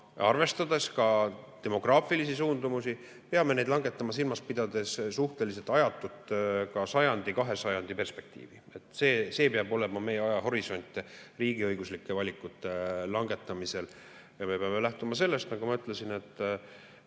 arvestades ka demograafilisi suundumusi, need langetama silmas pidades suhteliselt ajatut, ka sajandi, kahe sajandi perspektiivi. See peab olema meie ajahorisont riigiõiguslike valikute langetamisel. Me peame lähtuma sellest, nagu ma ütlesin, et